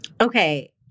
Okay